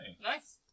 Nice